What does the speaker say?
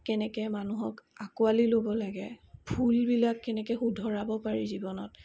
কেনেকৈ মানুহক আকোৱালি ল'ব লাগে ভুলবিলাক কেনেকৈ শুধৰাব পাৰি জীৱনত